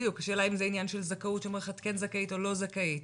השאלה אם אומרים לך את זכאית או את לא זכאית.